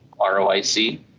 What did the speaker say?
roic